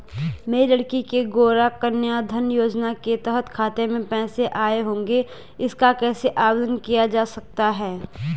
मेरी लड़की के गौंरा कन्याधन योजना के तहत खाते में पैसे आए होंगे इसका कैसे आवेदन किया जा सकता है?